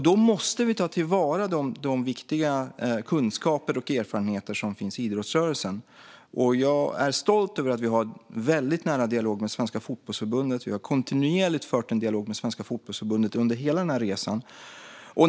Då måste vi ta till vara de viktiga kunskaper och erfarenheter som finns i idrottsrörelsen. Jag är stolt över att vi har en väldigt nära dialog med Svenska Fotbollförbundet; vi har kontinuerligt fört en dialog med Svenska Fotbollförbundet under hela denna resa.